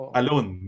alone